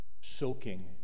soaking